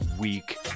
week